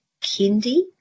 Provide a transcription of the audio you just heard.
kindy